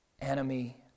enemy